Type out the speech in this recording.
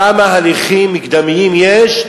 כמה הליכים מקדמיים יש,